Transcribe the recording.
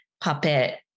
Puppet